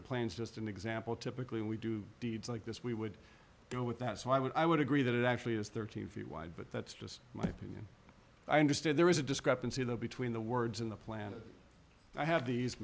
the plan is just an example typically we do deeds like this we would go with that so i would i would agree that it actually is thirteen feet wide but that's just my opinion i understand there is a discrepancy though between the words in the plan i have these